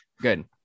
Good